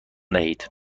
دهید